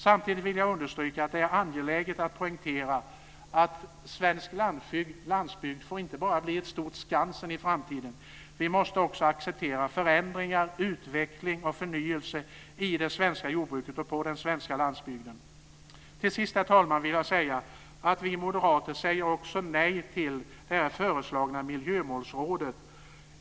Samtidigt vill jag understryka att det är angeläget att poängtera att svensk landsbygd inte bara får bli ett stort Skansen i framtiden. Vi måste också acceptera förändringar, utveckling och förnyelse i det svenska jordbruket och på den svenska landsbygden. Till sist, herr talman, vill jag säga att vi moderater också säger nej till det föreslagna miljömålsrådet.